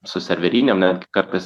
su serverinėm net gi kartais